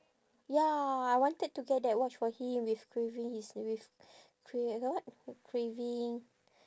ya I wanted to get that watch for him with graving his with gra~ ga~ what graving